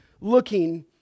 looking